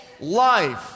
life